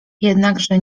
jednakże